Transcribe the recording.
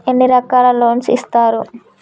ఎన్ని రకాల లోన్స్ ఇస్తరు?